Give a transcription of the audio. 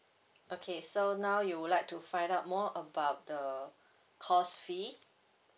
okay so now you would like to find out more about the course fee